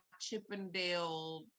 Chippendale